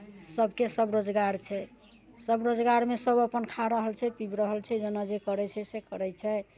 सभके सभ रोजगार छै सभ रोजगारमे सभ अपन खा रहल छै पीबि रहल छै जेना जे करै छै से करै छै